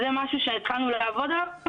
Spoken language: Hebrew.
זה משהו שהתחלנו לעבוד עליו.